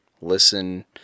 listen